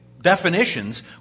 definitions